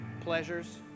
pleasures